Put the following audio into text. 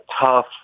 tough